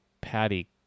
Patty